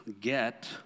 get